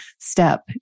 step